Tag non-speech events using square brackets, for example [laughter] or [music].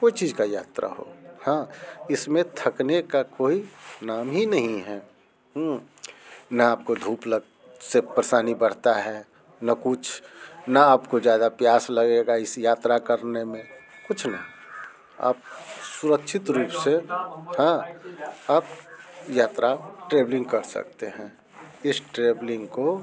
कोई चीज का यात्रा हो हाँ इसमें थकने का कोई नाम ही नहीं हैं न आपको धूप [unintelligible] से परेशानी बढ़ता है न कुछ न आपको ज़्यादा प्यास लगेगा इस यात्रा करने में कुछ नहीं आप सुरक्षित रूप से हाँ आप यात्रा ट्रेवलिंग कर सकते हैं इस ट्रेवलिंग को